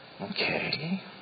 Okay